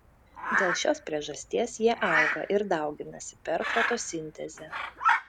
dėl šios priežasties jie auga ir dauginasi per fotosintezę